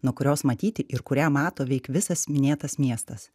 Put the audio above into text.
nuo kurios matyti ir kurią mato veik visas minėtas miestas